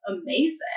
amazing